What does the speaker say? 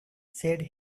said